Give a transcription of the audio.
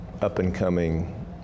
up-and-coming